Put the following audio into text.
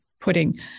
putting